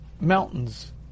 mountains